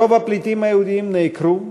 רוב הפליטים היהודים נעקרו,